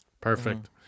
Perfect